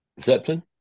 Zeppelin